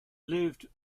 lived